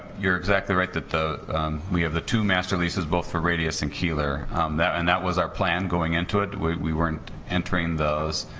you're exactly right that we have the two master leases both for radius and keillor that and that was our plan going into it we weren't entering those